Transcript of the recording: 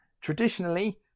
Traditionally